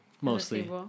mostly